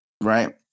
right